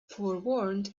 forewarned